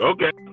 Okay